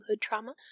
trauma